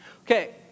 Okay